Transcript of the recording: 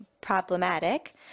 problematic